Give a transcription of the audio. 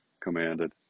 commanded